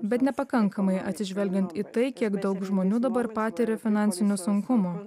bet nepakankamai atsižvelgiant į tai kiek daug žmonių dabar patiria finansinių sunkumų